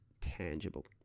tangible